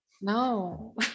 no